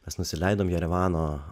mes nusileidom jerevano